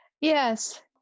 Yes